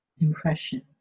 impression